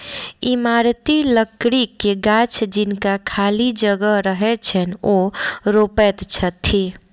इमारती लकड़ीक गाछ जिनका खाली जगह रहैत छैन, ओ रोपैत छथि